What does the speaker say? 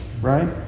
Right